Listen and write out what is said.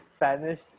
Spanish